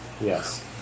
Yes